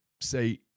say